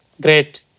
great